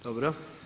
Dobro.